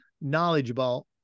knowledgeable